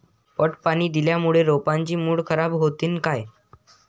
पट पाणी दिल्यामूळे रोपाची मुळ खराब होतीन काय?